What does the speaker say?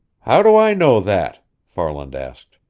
how do i know that? farland asked.